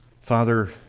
Father